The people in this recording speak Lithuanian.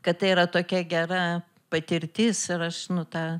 kad tai yra tokia gera patirtis ir aš nu tą